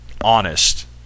honest